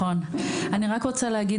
אני רק רוצה להגיד,